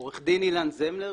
אני עורך דין אילן זמלר,